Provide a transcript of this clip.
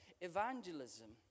Evangelism